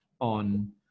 on